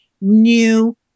new